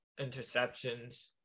interceptions